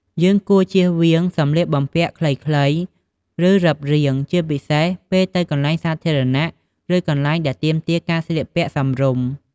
យើងគួរ ជៀសវាងសម្លៀកបំពាក់ខ្លីៗ ឬរឹបរាង ជាពិសេសពេលទៅកន្លែងសាធារណៈ ឬកន្លែងដែលទាមទារការស្លៀកពាក់សមរម្យ។